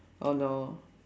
oh no